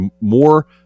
more